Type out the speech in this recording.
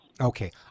Okay